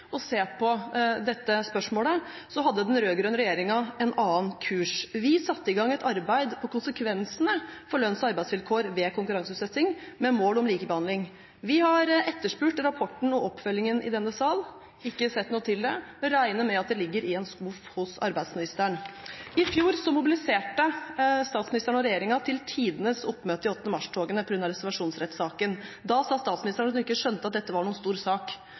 se på dette spørsmålet, hadde den rød-grønne regjeringen en annen kurs. Vi satte i gang et arbeid om konsekvensene for lønns- og arbeidsvilkår ved konkurranseutsetting med mål om likebehandling. Vi har etterspurt rapporten og oppfølgingen i denne sal. Vi har ikke sett noe til den, og regner med at den ligger i en skuff hos arbeidsministeren. I fjor mobiliserte statsministeren og regjeringen til tidenes oppmøte i 8. mars-togene på grunn av reservasjonsrettsaken. Da sa statsministeren at hun ikke skjønte at dette var noen stor sak.